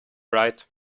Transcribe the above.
right